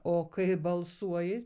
o kai balsuoji